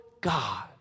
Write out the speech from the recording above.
God